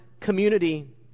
community